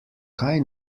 kaj